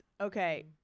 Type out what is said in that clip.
Okay